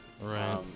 Right